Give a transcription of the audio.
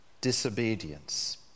Disobedience